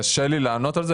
קשה לי לענות על זה.